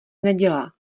nedělá